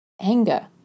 Anger